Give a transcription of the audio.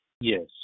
Yes